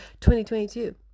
2022